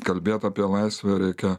kalbėt apie laisvę reikia